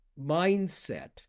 mindset